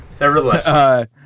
nevertheless